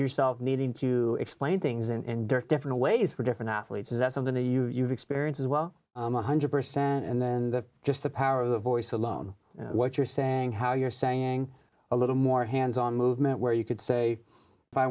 yourself needing to explain things in different ways for different athletes is that something that you've experience as well one hundred percent and then the just the power of the voice alone you know what you're saying how you're saying a little more hands on movement where you could say if i